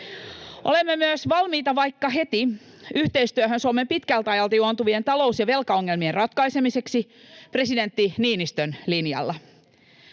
Olemme myös valmiita vaikka heti yhteistyöhön Suomen pitkältä ajalta juontuvien talous- ja velkaongelmien ratkaisemiseksi presidentti Niinistön linjalla.